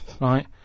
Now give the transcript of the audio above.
right